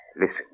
listen